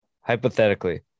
Hypothetically